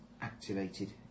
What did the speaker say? activated